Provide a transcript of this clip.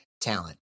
talent